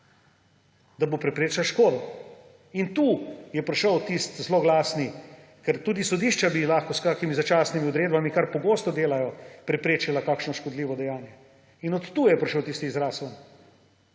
da bo preprečila škodo. In tu je prišel tisti zloglasni, ker tudi sodišča bi lahko s kakšnimi začasnimi odredbami, kar pogosto delajo, preprečila takšno škodljivo dejanje. In od tukaj je prišel tisti izraz ven.